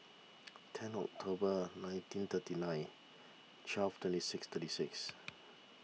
ten October nineteen thirty nine twelve twenty six thirty six